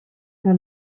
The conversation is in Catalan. que